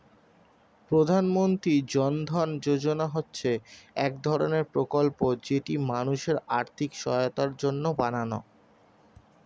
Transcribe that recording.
প্রধানমন্ত্রী জন ধন যোজনা হচ্ছে এক ধরণের প্রকল্প যেটি মানুষের আর্থিক সহায়তার জন্য বানানো